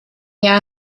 jahr